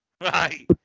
right